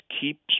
keeps